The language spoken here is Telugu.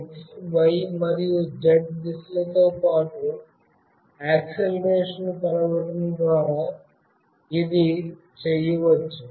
x y మరియు z దిశలతో పాటు యాక్సిలరేషన్ న్ని కొలవడం ద్వారా ఇది చేయవచ్చు